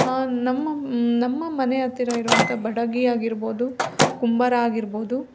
ನಮ್ಮ ನಮ್ಮ ಮನೆ ಹತ್ತಿರ ಇರುವಂಥ ಬಡಗಿ ಆಗಿರ್ಬೋದು ಕುಂಬಾರ ಆಗಿರ್ಬೋದು